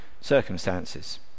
circumstances